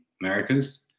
Americas